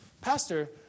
Pastor